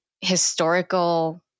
historical